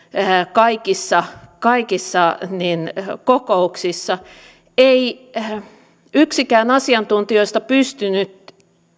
kaikissa kaikissa kokouksissa ei yksikään asiantuntijoista pystynyt